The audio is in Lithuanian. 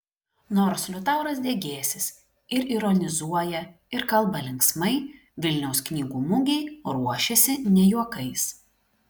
nors liutauras degėsys ir ironizuoja ir kalba linksmai vilniaus knygų mugei ruošiasi ne juokais